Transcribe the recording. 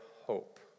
hope